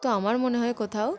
তো আমার মনে হয় কোথাও